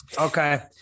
Okay